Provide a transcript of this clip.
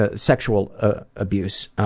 ah sexual ah abuse.